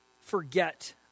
forget